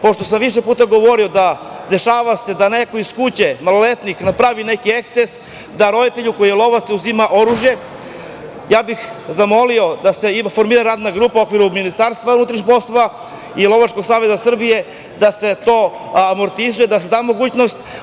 Pošto sam više puta govorio da se dešava da neko iz kuće, maloletnik napravi neki eksces, roditelju koji je lovac uzima oružje, ja bih zamolio da se formira radna grupa u okviru MUP-a i Lovačkog saveza Srbija i da se to amortizuje, da se da mogućnost.